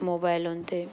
मोबाइलुनि ते